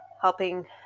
helping